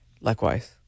Likewise